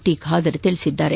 T Khader ತಿಳಿಸಿದ್ದಾರೆ